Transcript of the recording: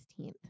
16th